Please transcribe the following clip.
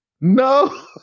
No